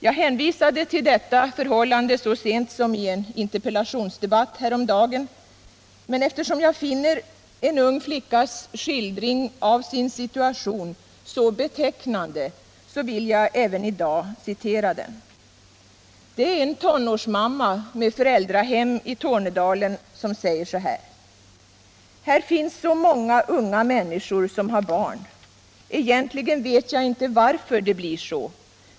Jag hänvisade till detta så sent som i en interpellationsdebatt häromdagen, men eftersom jag finner en ung flickas skildring av sin situation så betecknande, vill jag även i dag citera den. Det är en tonårsmamma med föräldrahemmet i Tornedalen som säger så här: ”Här finns så många unga människor som har barn. Egentligen vet jag inte varför det blir så.